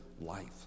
life